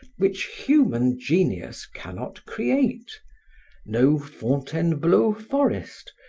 which human genius cannot create no fontainebleau forest,